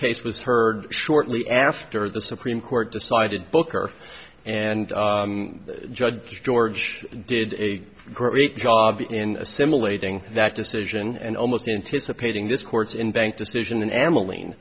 case was heard shortly after the supreme court decided booker and judge george did a great job in assimilating that decision and almost anticipating this court's in bank decision and am a lean